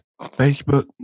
Facebook